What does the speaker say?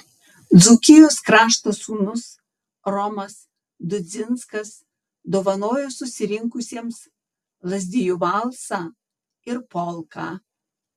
dzūkijos krašto sūnus romas dudzinskas dovanojo susirinkusiems lazdijų valsą ir polką